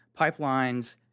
Pipelines